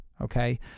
Okay